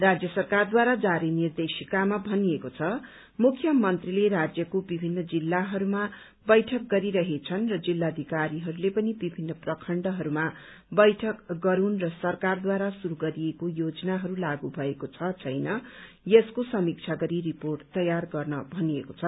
राज्य सरकारद्वारा जारी निर्देशिकामा भनिएको छ मुख्यमन्त्रीले राज्यको विभिन्न जिल्लाहरूमा बैठक गरिरहेछन् र जिल्लाधिकारीहरूले पनि विभिन्न प्रखण्डहरूमा बैठक गरूनु र सरकारद्वार शुरू गरिएको योजनाहरू लागू भएको छ छैन यसको समीक्षा गरी रिपोर्ट तयार गर्न भनिएको छ